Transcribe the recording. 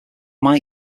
mike